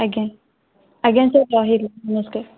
ଆଜ୍ଞା ଆଜ୍ଞା ସାର୍ ରହିଲି ନମସ୍କାର